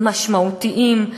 משמעותיים,